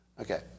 Okay